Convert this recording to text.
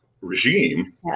regime